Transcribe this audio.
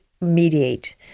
mediate